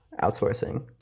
outsourcing